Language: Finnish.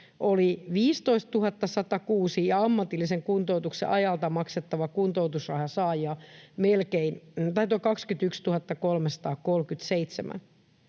oli 15 106 ja ammatillisen kuntoutuksen ajalta maksettavan kuntoutusrahan saajia 21 337.